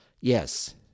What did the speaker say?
Yes